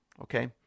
okay